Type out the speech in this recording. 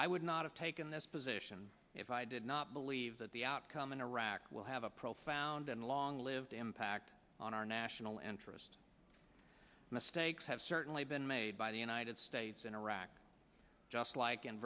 i would not have taken this position if i did not believe that the outcome in iraq will have a profound and long lived impact on our national interest and the stakes have certainly been made by the united states in iraq just like